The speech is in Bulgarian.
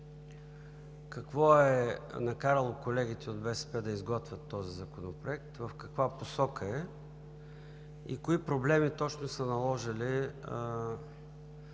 какво е накарало колегите от БСП да изготвят този законопроект, в каква посока е и кои точно проблеми са наложили